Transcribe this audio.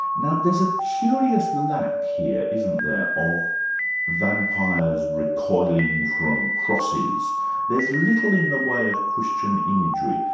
now there's a curious lack here, isn't there, of vampires recoiling from crosses there's little in the way of christian imagery,